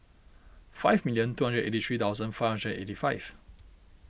five million two hundred eighty three thousand five hundred eighty five